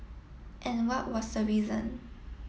and what was the reason